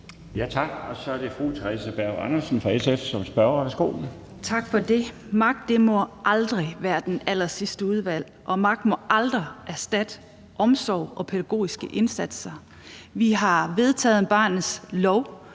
Tak for det. Magt må aldrig være den allersidste udvej, og magt må aldrig erstatte omsorg og pædagogiske indsatser. Vi har vedtaget en barnets lov,